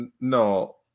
No